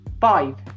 Five